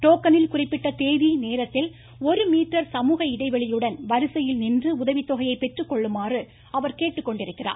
டோக்கனில் குறிப்பிட்ட தேதி நேரத்தில் ஒரு மீட்டர் சமூக இடைவெளியுடன் வரிசையில் நின்று உதவித்தொகையை பெற்றுக்கொள்ளுமாறு அவர் கேட்டுக்கொண்டுள்ளார்